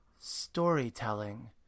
storytelling